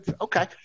Okay